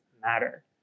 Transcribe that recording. matter